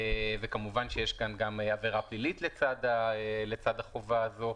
וכמובן שיש גם עבירה פלילית לצד החובה הזו,